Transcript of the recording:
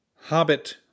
Hobbit